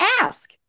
ask